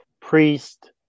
priest